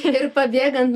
ir pabėgant